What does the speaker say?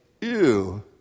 Ew